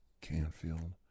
Canfield